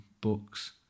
books